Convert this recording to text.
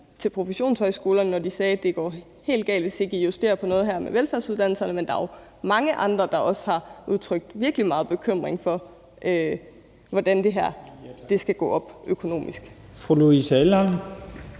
til professionshøjskolerne, da de sagde, at det går helt galt, hvis ikke man justerer på noget her ved velfærdsuddannelserne. Men der er jo mange andre, der også har udtrykt virkelig meget bekymring for, hvordan det her skal gå op økonomisk. Kl.